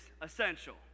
essential